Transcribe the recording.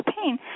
pain